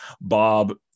bob